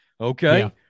okay